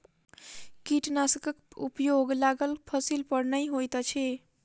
कीटनाशकक उपयोग लागल फसील पर नै होइत अछि